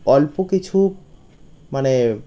অল্প কিছু মানে